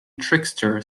trickster